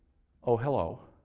oh, hello.